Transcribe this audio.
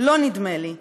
נדמה לי שלא.